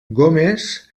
gomes